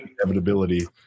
inevitability